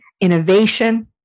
innovation